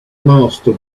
master